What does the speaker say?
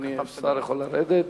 השר יכול לרדת.